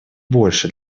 больше